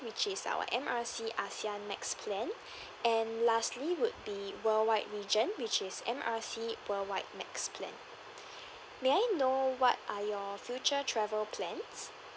which is our M R C ASEAN max plan and lastly would be worldwide region which is M R C worldwide max plan may I know what are your future travel plans